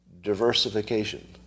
diversification